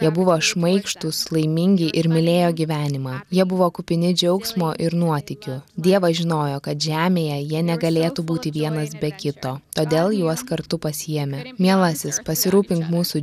jie buvo šmaikštūs laimingi ir mylėjo gyvenimą jie buvo kupini džiaugsmo ir nuotykių dievas žinojo kad žemėje jie negalėtų būti vienas be kito todėl juos kartu pasiėmė mielasis pasirūpink mūsų